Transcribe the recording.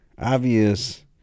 Obvious